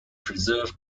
preserve